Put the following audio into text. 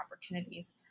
opportunities